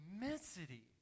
immensity